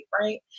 right